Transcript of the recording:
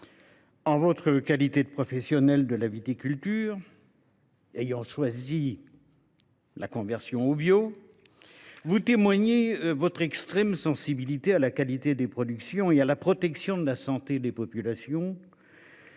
En votre qualité de professionnel de la viticulture ayant choisi la conversion au bio, vous vous montrez extrêmement sensible à la qualité des produits agricoles et à la protection de la santé des agriculteurs,